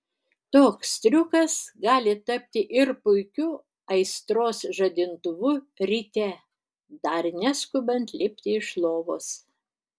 toks triukas gali tapti ir puikiu aistros žadintuvu ryte dar neskubant lipti iš lovos